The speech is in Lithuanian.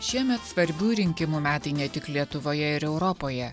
šiemet svarbių rinkimų metai ne tik lietuvoje ir europoje